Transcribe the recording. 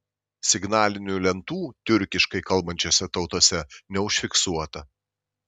signalinių lentų tiurkiškai kalbančiose tautose neužfiksuota